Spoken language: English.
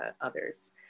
others